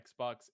xbox